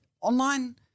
Online